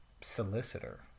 solicitor